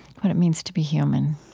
what it means to be human?